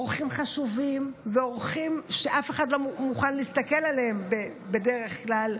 אורחים חשובים ואורחים שאף אחד לא מוכן להסתכל עליהם בדרך כלל,